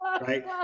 right